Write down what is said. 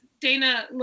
Dana